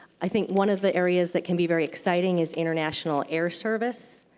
i think one of the areas that can be very exciting is international air service.